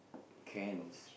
cans